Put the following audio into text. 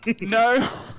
No